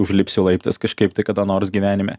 užlipsiu laiptais kažkaip tai kada nors gyvenime